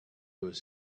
was